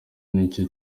n’icyo